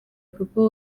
papa